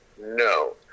no